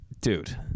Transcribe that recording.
dude